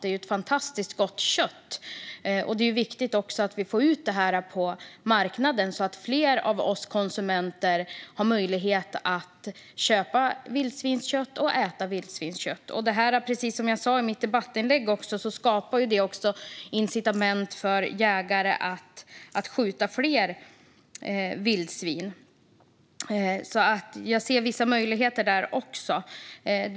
Det är ju ett fantastiskt gott kött, och det är viktigt att vi får ut det på marknaden så att fler konsumenter har möjlighet att köpa och äta vildsvinskött. Precis som jag sa i mitt debattinlägg skapar detta incitament för jägare att skjuta fler vildsvin, så jag ser vissa möjligheter här.